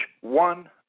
one